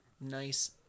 nice